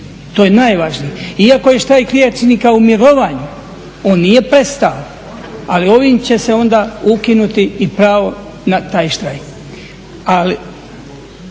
to je najvažnije. Iako je štrajk liječnika u mirovanju, on nije prestao, ali ovim će se onda ukinuti i pravo na taj štrajk.